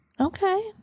Okay